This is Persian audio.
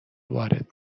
وارد